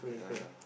yeah